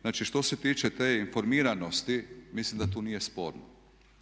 Znači, što se tiče te informiranosti mislim da tu nije sporno.